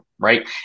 right